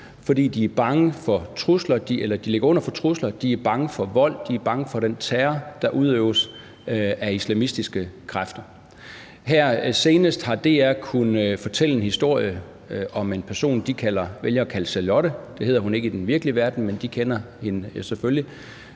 som pålægger sig selvcensur, fordi de ligger under for trusler, er bange for vold, er bange for den terror, der udøves af islamistiske kræfter. Her senest har DR kunnet fortælle en historie om en person, de vælger at kalde Charlotte. Det hedder hun ikke i den virkelige verden, men de kender hende selvfølgelig.